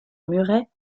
muret